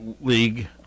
league